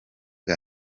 nto